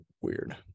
weird